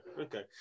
okay